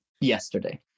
yesterday